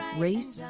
race,